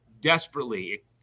desperately